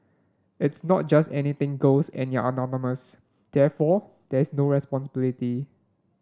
it's not just anything goes and you're anonymous therefore there is no responsibility